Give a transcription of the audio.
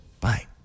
Bye